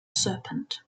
serpent